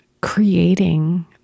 creating